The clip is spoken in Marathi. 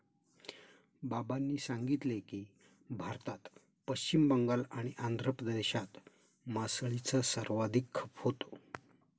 बाबांनी सांगितले की, भारतात पश्चिम बंगाल आणि आंध्र प्रदेशात मासळीचा सर्वाधिक खप होतो